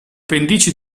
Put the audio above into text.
pendici